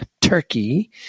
turkey